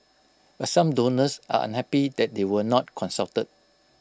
but some donors are unhappy that they were not consulted